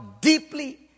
deeply